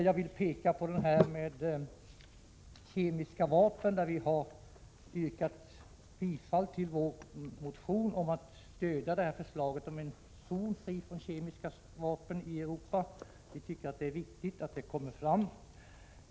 Jag vill bara peka på att vi när det gäller kemiska vapen har yrkat bifall till vår motion beträffande stöd till förslaget om en zon i Europa fri från kemiska vapen. Vi tycker att det är viktigt att den frågan förs framåt.